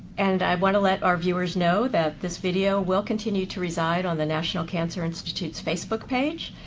and i want to let our viewers know that this video will continue to reside on the national cancer institute's facebook page,